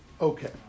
Okay